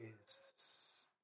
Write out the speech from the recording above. Jesus